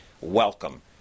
Welcome